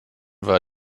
war